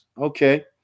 okay